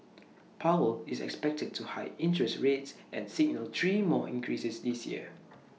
powell is expected to hike interest rates and signal three more increases this year